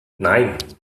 nein